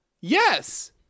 Yes